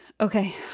okay